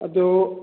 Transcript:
ꯑꯗꯣ